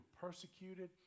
persecuted